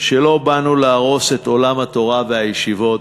שלא באנו להרוס את עולם התורה והישיבות.